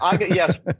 Yes